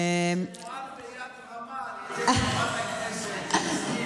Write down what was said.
שנוהל ביד רמה על ידי חברת הכנסת יסמין פרידמן.